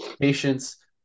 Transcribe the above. Patience